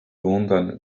wundern